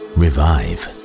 revive